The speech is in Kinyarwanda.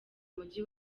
mujyi